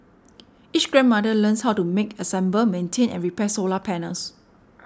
each grandmother learns how to make assemble maintain and repair solar panels